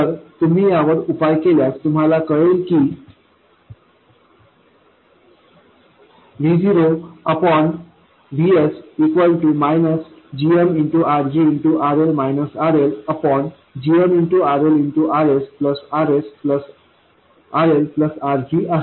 तर तुम्ही यावर उपाय केल्यास तुम्हाला कळेल की V0 Vs gm RG RL - RL gm RL Rs Rs RL RG आहे